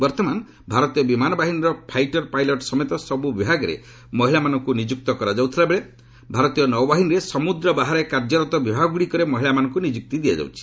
ବର୍ତ୍ତମାନ ଭାରତୀୟ ବିମାନ ବାହିନୀର ଫାଇଟର ପାଇଲଟ ସମେତ ସବୁ ବିଭାଗରେ ମହିଳାମାନଙ୍କୁ ନିଯୁକ୍ତ କରାଯାଉଥିବାବେଳେ ଭାରତୀୟ ନୌବାହିନୀରେ ସମୁଦ୍ର ବାହାରେ କାର୍ଯ୍ୟରତ ବିଭାଗଗୁଡ଼ିକରେ ମହିଳାମାନଙ୍କୁ ନିଯୁକ୍ତ ଦିଆଯାଉଛି